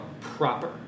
proper